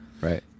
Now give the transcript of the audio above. Right